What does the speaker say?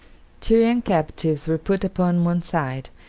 tyrian captives were put upon one side,